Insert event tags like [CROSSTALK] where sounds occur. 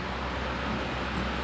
[LAUGHS]